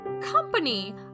company